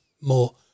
more